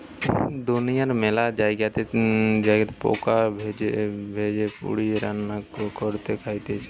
দুনিয়ার মেলা জায়গাতে পোকা ভেজে, পুড়িয়ে, রান্না করে খাইতেছে